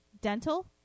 dental